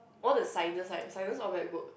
all the sciences right your sciences all very good